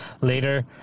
later